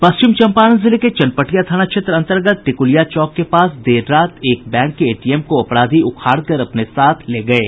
पश्चिम चंपारण जिले के चनपटिया थाना क्षेत्र अंतर्गत टिकुलिया चौक के पास देर रात एक बैंक के एटीएम को अपराधी उखाड़ कर अपने साथ ले गये